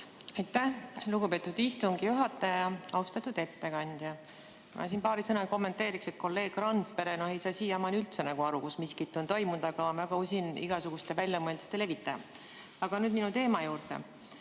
Aitäh, lugupeetud istungi juhataja! Austatud ettekandja! Ma paari sõnaga kommenteerin: kolleeg Randpere ei saa siiamaani üldse aru, kus miskit on toimunud, aga on väga usin igasuguste väljamõeldiste levitaja. Nüüd minu teema juurde.